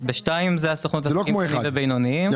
ב-2 זאת הסוכנות לעסקים קטנים ובינוניים.